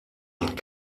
and